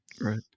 Right